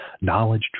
knowledge